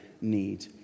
need